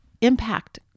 impact